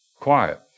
quiet